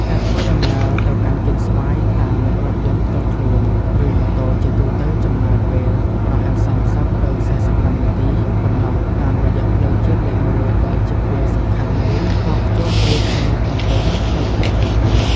ការធ្វើដំណើរទៅកាន់កៀនស្វាយតាមរថយន្តផ្ទាល់ខ្លួន ឬម៉ូតូជាទូទៅចំណាយពេលប្រហែល ៣០ ទៅ ៤៥ នាទី ប៉ុណ្ណោះតាមរយៈផ្លូវជាតិលេខ ១ ដែលជាផ្លូវសំខាន់មួយតភ្ជាប់រាជធានីទៅភាគខាងកើត។